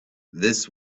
this